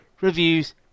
reviews